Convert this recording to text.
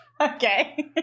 Okay